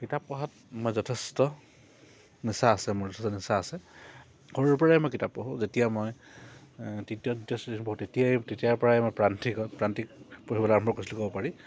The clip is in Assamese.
কিতাপ পঢ়াত মই যথেষ্ট নিচা আছে মোৰ যথেষ্ট নিচা আছে সৰুৰ পৰাই মই কিতাপ পঢ়োঁ যেতিয়া মই তৃতীয় দ্বিতীয় শ্ৰেণীত পঢ়োঁ তেতিয়াই তেতিয়াৰ পৰাই মই প্ৰান্তিক প্ৰান্তিক পঢ়িবলৈ আৰম্ভ কৰিছিলোঁ ক'ব পাৰি